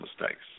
mistakes